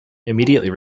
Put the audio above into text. immediately